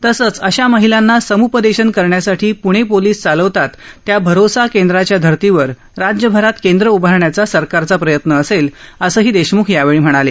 तसंच अशा महिलांना सम्पदेशन करण्यासाठी प्णे पोलीस चालवतात त्या भरोसा केंद्राच्या धर्तीवर राज्यभरात केंद्र उभारण्याचा सरकारचा प्रयत्न असेल असंही देशम्ख यावेळी म्हणाले